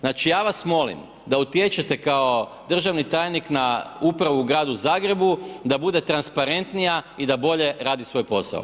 Znači ja vas molim da utječete kao državni tajnik na upravu u gradu Zagrebu da bude transparentnija i da bolje radi svoj posao.